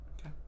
Okay